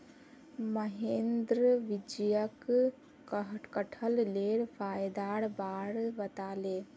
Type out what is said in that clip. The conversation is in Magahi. महेंद्र विजयक कठहलेर फायदार बार बताले